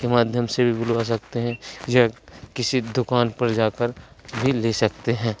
के माध्यम से भी बुलवा सकते हैं या किसी दुकान पर जाकर भी ले सकते हैं